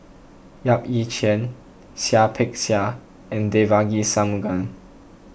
Yap Ee Chian Seah Peck Seah and Devagi Sanmugam